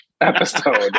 episode